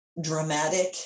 dramatic